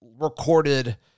recorded